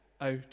out